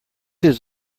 his